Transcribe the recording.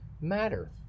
matter